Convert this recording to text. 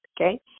okay